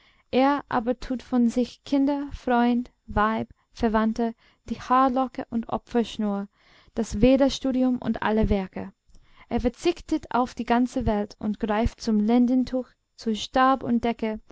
er aber tut von sich kinder freund weib verwandte die haarlocke und opferschnur das vedastudium und alle werke er verzichtet auf die ganze welt und greift zum lendentuch zu stab und decke